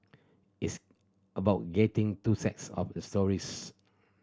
its about getting two sides of the stories